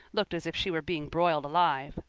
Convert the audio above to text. looked as if she were being broiled alive.